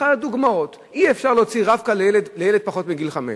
אחת הדוגמאות: אי-אפשר להוציא "רב-קו" לילד שעדיין אינו בן חמש.